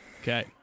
Okay